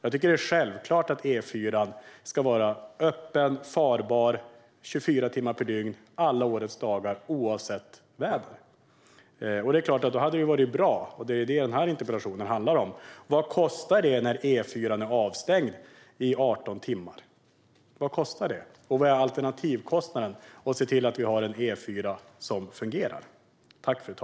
Det är självklart att E4:an ska vara öppen och farbar 24 timmar per dygn, alla årets dagar, oavsett väder. Då hade det varit bra - och det är vad den här interpellationen handlar om - att veta vad det kostar när E4:an är avstängd i 18 timmar. Och vad är alternativkostnaden för att se till att det finns en fungerande E4?